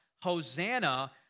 Hosanna